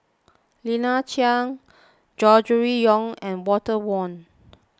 Lina Chiam Gregory Yong and Walter Woon